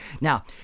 Now